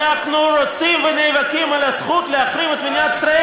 אנחנו רוצים ונאבקים על הזכות להחרים את מדינת ישראל,